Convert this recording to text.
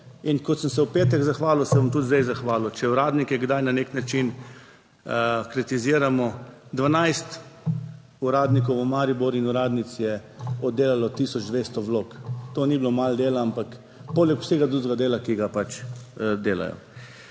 In kot sem se v petek zahvalil, se bom tudi zdaj zahvalil, če uradnike kdaj na nek način kritiziramo, dvanajst uradnikov v Mariboru in uradnic je oddelalo 1200 vlog. To ni bilo malo dela, ampak poleg vsega drugega dela, ki ga pač delajo.